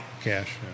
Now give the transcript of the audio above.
Cash